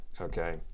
okay